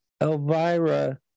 Elvira